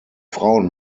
frauen